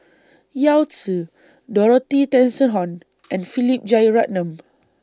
Yao Zi Dorothy Tessensohn and Philip Jeyaretnam